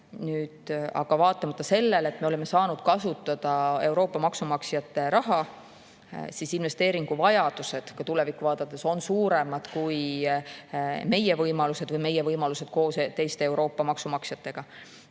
Aga vaatamata sellele, et me oleme saanud kasutada Euroopa maksumaksjate raha, on investeeringuvajadused ka tulevikku vaadates suuremad kui meie võimalused või meie võimalused koos teiste Euroopa maksumaksjatega.